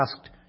asked